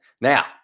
Now